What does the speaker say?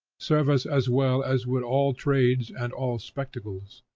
serve us as well as would all trades and all spectacles.